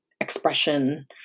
expression